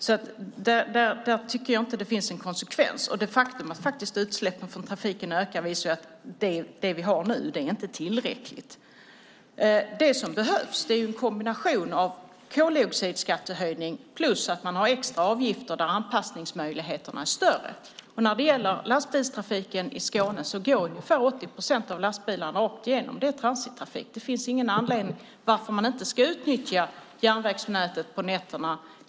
Jag tycker inte att det finns någon konsekvens i detta. Det faktum att utsläppen från trafiken ökar visar att det vi har nu inte är tillräckligt. Det som behövs är en kombination av koldioxidskattehöjning och extra avgifter där anpassningsmöjligheterna är större. När det gäller lastbilstrafiken i Skåne går ungefär 80 procent av lastbilarna rakt igenom. Det är transittrafik. Det finns ingen anledning att inte utnyttja järnvägsnätet på nätterna.